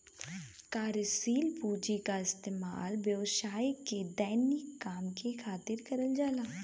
कार्यशील पूँजी क इस्तेमाल व्यवसाय के दैनिक काम के खातिर करल जाला